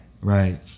Right